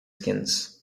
skins